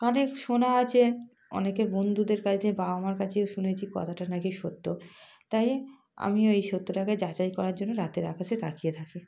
অনেক শোনা আছে অনেকের বন্ধুদের কাছ থেকে বাবা মার কাছেও শুনেছি কথাটা নাকি সত্য তাই আমি ওই সত্যটাকে যাচাই করার জন্য রাতের আকাশে তাকিয়ে থাকি